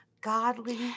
godly